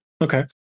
Okay